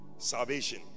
salvation